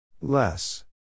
Less